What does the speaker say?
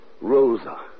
Rosa